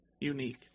unique